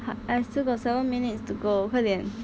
and still got seven minutes to go 快点